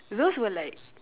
those were like